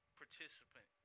participant